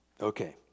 Okay